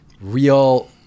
real